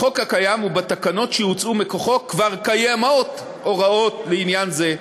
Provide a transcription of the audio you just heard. בחוק הקיים ובתקנות שהוצאו מכוחו כבר קיימות הוראות לעניין זה,